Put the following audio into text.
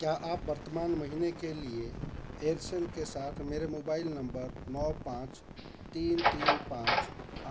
क्या आप वर्तमान महीने के लिए एयरसेल के साथ मेरे मोबाइल नंबर नौ पाँच तीन तीन पाँच